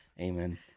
Amen